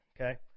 Okay